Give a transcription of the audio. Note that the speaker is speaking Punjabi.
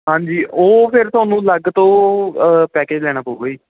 ਹਾਂਜੀ ਉਹ ਫਿਰ ਤੁਹਾਨੂੰ ਲੱਗ ਤੋਂ ਪੈਕੇਜ ਲੈਣਾ ਪਊਗਾ ਜੀ